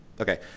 Okay